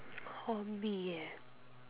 hobby eh